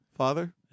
Father